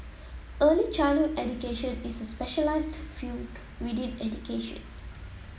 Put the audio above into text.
early childhood education is a specialised field within education